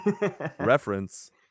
Reference